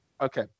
Okay